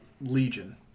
Legion